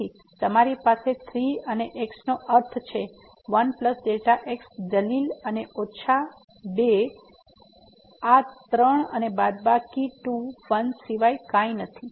તેથી તમારી પાસે ૩ અને x નો અર્થ છે 1 Δ x દલીલ અને ઓછા 2 અને આ 3 અને બાદબાકી 2 1 સિવાય કંઈ નથી